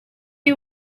you